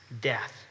death